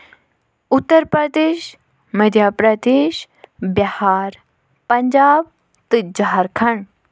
اُتر پردیش مٔدھیہ پردیش بِہار پنجاب تہٕ جارکھنڈ